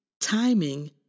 Timing